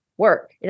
work